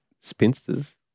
Spinsters